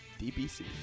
DBC